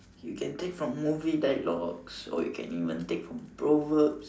you can take from movie dialogues or you can even take more proverbs